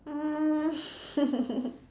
um